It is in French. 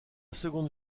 seconde